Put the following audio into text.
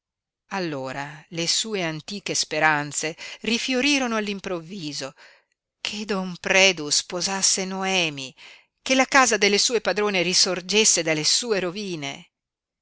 allora le sue antiche speranze rifiorirono all'improvviso che don predu sposasse noemi che la casa delle sue padrone risorgesse dalle sue rovine